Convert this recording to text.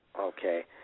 Okay